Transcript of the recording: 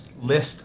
List